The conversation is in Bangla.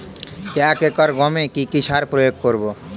এক একর গমে কি কী সার প্রয়োগ করব?